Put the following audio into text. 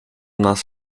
nas